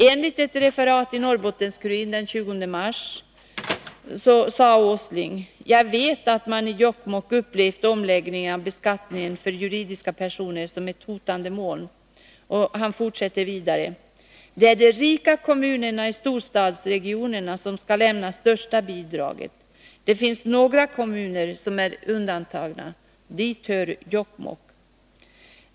Enligt ett referat i Norrbottens-Kuriren den 20 mars sade industriminister Åsling: ”Jag vet att man i Jokkmokk upplevt omläggningen av beskattningen för juridiska personer som ett hotande moln.” Nils Åsling fortsatte: ”Det är de rika kommunerna i storstadsregionerna som ska lämna största bidraget. Det finns några kommuner som är undantagna, dit hör Jokkmokk.